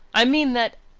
i mean that,